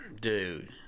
Dude